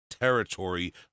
territory